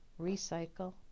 recycle